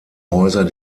häuser